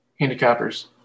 handicappers